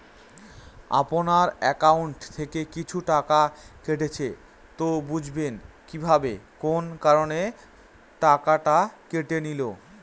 আপনার একাউন্ট থেকে কিছু টাকা কেটেছে তো বুঝবেন কিভাবে কোন কারণে টাকাটা কেটে নিল?